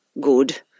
good